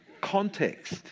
Context